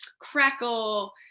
crackle